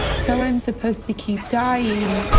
so, i am supposed to keep dying.